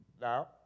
Now